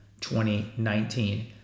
2019